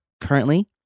currently